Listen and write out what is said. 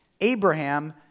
Abraham